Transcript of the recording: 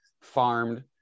farmed